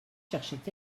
cherchait